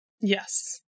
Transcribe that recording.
Yes